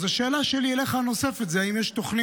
אז, השאלה הנוספת שלי אליך היא: האם יש תוכנית?